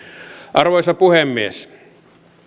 arvoisa puhemies